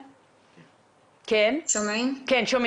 בנוסף אלכוהול